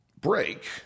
break